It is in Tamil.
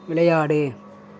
விளையாடு